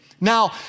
Now